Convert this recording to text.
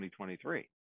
2023